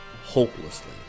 hopelessly